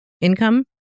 income